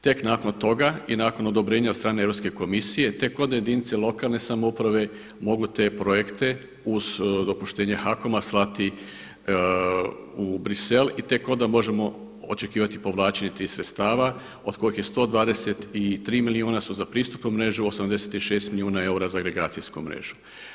Tek nakon toga i nakon odobrenja od strane Europske komisije tek one jedinice lokalne samouprave mogu te projekte uz dopuštenje HAKOM-a slati u Bruxelles i tek onda možemo očekivati povlačenje tih sredstava od kojih je 123 milijuna su za pristupnu mrežu, 86 milijuna eura za agregacijsku mrežu.